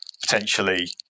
potentially